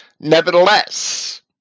Nevertheless